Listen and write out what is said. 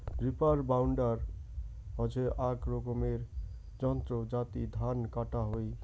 reaper binder হসে আক রকমের যন্ত্র যাতি ধান কাটা হই